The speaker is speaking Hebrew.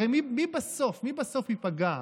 הרי מי בסוף ייפגע?